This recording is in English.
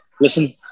Listen